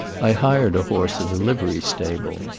i hired a horse at a livery stable.